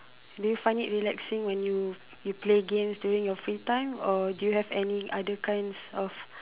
do you find it relaxing when you you play games during your free time or do you have any other kinds of